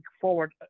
forward